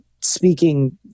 speaking